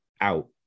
out